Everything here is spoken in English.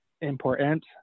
important